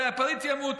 אולי הפריץ ימות,